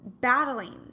battling